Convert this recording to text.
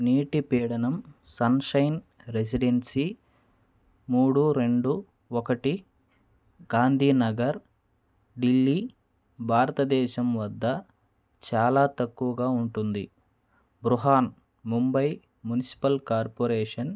నీటి పీడనం sunshine residency మూడు రెండు ఒకటి గాంధీనగర్ ఢిల్లీ భారతదేశం వద్ద చాలా తక్కువుగా ఉంటుంది బృహాన్ ముంబై మునిసిపల్ కార్పొరేషన్